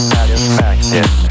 Satisfaction